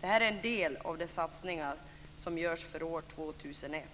Det är en del av de satsningar som görs för år 2001.